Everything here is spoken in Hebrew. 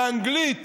באנגלית